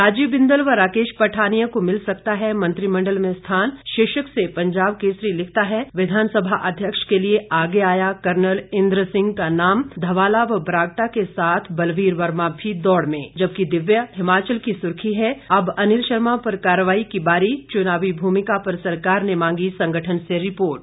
राजीव बिंदल व राकेश पठानिया को मिल सकता है मंत्रिमंडल में स्थान शीर्षक से पंजाब केसरी लिखता है विधानसभा अध्यक्ष के लिए आगे आया कर्नल इंद्र सिंह का नाम धवाला व बरागटा के साथ बलबीर वर्मा भी दौड़ में जबकि दिव्य हिमाचल की सुर्खी है अब अनिल शर्मा पर कार्रवाई की बारी चुनावी भूमिका पर सरकार ने मांगी संगठन से रिपोर्ट